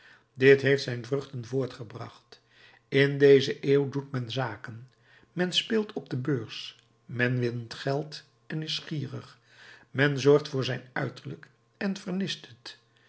dit heeft zijn vruchten voortgebracht in deze eeuw doet men zaken men speelt op de beurs men wint geld en is gierig men zorgt voor zijn uiterlijk en vernist het